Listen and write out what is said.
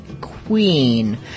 Queen